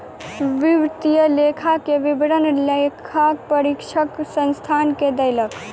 वित्तीय लेखा के विवरण लेखा परीक्षक संस्थान के देलक